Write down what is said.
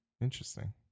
Interesting